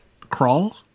crawl